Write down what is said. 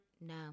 No